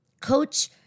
coach